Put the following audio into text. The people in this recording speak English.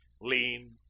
lean